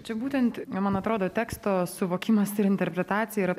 čia būtent man atrodo teksto suvokimas ir interpretacija yra